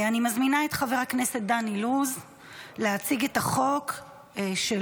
אני מזמינה את חבר הכנסת דן אילוז להציג את החוק שלו.